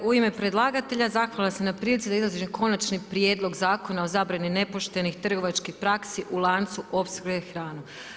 U ime predlagatelja zahvalna sam na prilici da izađe Konačni prijedlog Zakona o zabrani nepoštenih trgovačkih praksi u lancu opskrbe hranom.